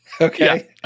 Okay